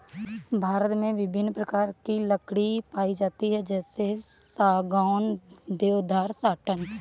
भारत में विभिन्न प्रकार की लकड़ी पाई जाती है जैसे सागौन, देवदार, साटन